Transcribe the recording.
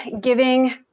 giving